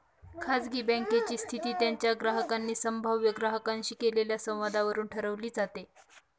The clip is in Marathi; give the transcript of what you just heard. खाजगी बँकेची स्थिती त्यांच्या ग्राहकांनी संभाव्य ग्राहकांशी केलेल्या संवादावरून ठरवली जाते